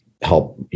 help